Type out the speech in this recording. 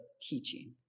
teaching